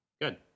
Good